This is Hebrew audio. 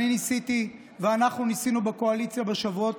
אני ניסיתי ואנחנו ניסינו בקואליציה בשבועות